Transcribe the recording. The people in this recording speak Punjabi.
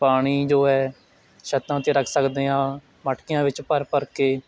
ਪਾਣੀ ਜੋ ਹੈ ਛੱਤਾਂ 'ਤੇ ਰੱਖ ਸਕਦੇ ਹਾਂ ਮਟਕਿਆਂ ਵਿੱਚ ਭਰ ਭਰ ਕੇ